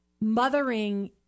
mothering